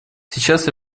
сейчас